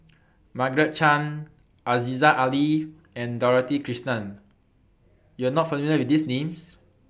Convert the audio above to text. Margaret Chan Aziza Ali and Dorothy Krishnan YOU Are not familiar with These Names